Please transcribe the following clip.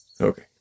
Okay